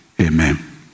Amen